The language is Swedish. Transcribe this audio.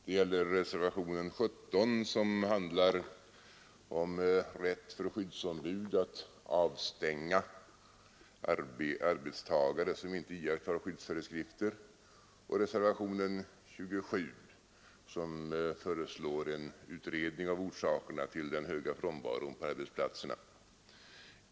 Det gäller reservationen 17, som handlar om rätt för skyddsombud att avstänga arbetstagare som inte iakttar skyddsföreskrifter, och reservationen 27, där det föreslås en utredning av orsakerna till den höga frånvaron på arbetsplatserna.